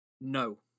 No